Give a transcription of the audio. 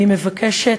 אני מבקשת,